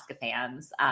fans